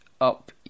up